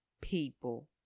people